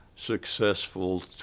successful